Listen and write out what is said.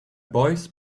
boys